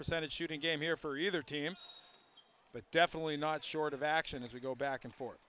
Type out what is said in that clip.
percentage shooting game here for either team but definitely not short of action as we go back and forth